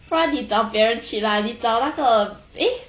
不然你找别人 cheat lah 你找那个 eh